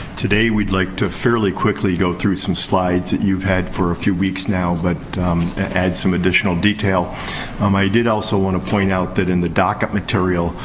today we'd like to, fairly quickly, go through some slides that you've had for a few weeks now. but add some additional detail. um i did also wanna point out that, in the docket material,